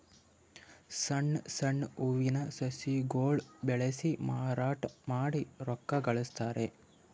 ಸಣ್ಣ್ ಸಣ್ಣ್ ಹೂವಿನ ಸಸಿಗೊಳ್ ಬೆಳಸಿ ಮಾರಾಟ್ ಮಾಡಿ ರೊಕ್ಕಾ ಗಳಸ್ತಾರ್